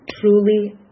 truly